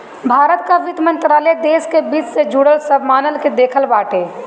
भारत कअ वित्त मंत्रालय देस कअ वित्त से जुड़ल सब मामल के देखत बाटे